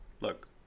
look